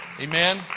Amen